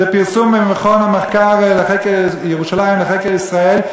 זה לקוח מפרסום של מכון ירושלים לחקר ישראל.